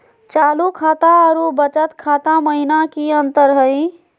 चालू खाता अरू बचत खाता महिना की अंतर हई?